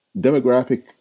Demographic